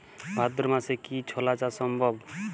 ভাদ্র মাসে কি ছোলা চাষ সম্ভব?